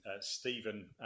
Stephen